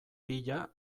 pila